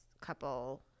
couple